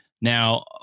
Now